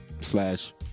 slash